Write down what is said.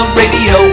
radio